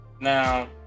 now